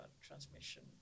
transmission